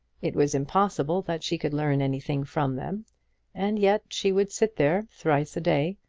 it was impossible that she could learn anything from them and yet she would sit there thrice a day,